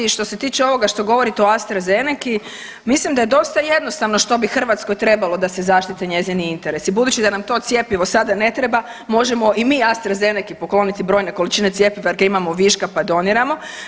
I što se tiče ovoga što govorite o Astra Zeneci mislim da je dosta jednostavno što bi Hrvatskoj trebalo da se zaštite njezini interesi budući da nam to cjepivo sada ne treba možemo i mi Astra Zeneci pokloniti brojne količine cjepiva jer ga imamo viška pa doniramo.